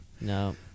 No